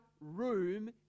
room